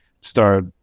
Start